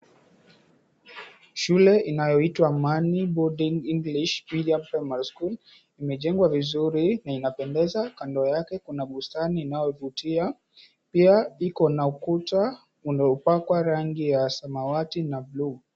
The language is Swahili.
Shule inayoitwa Amani Boarding English Medium Primary School, imejengwa vizuri na inapendeza. Kando yake kuna bustani inayovutia. Pia ikona ukuta uliopakwa rangi ya samawati na blue .